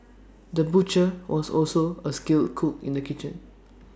the butcher was also A skilled cook in the kitchen